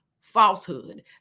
falsehood